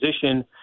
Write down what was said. position